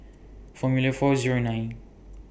Formula four Zero nine